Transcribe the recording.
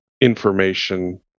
information